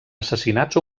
assassinats